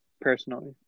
personally